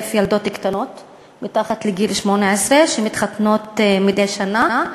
ילדות קטנות מתחת לגיל 18 שמתחתנות מדי שנה.